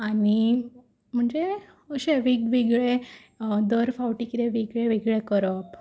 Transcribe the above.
आनी म्हणजे अशें वेगवेगळें दर फावटी कितेंय वेगवेगळें करप